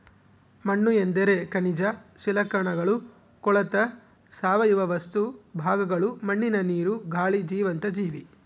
ಮಣ್ಣುಎಂದರೆ ಖನಿಜ ಶಿಲಾಕಣಗಳು ಕೊಳೆತ ಸಾವಯವ ವಸ್ತು ಭಾಗಗಳು ಮಣ್ಣಿನ ನೀರು, ಗಾಳಿ ಜೀವಂತ ಜೀವಿ